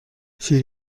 she